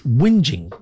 whinging